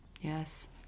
yes